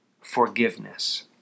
Forgiveness